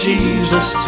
Jesus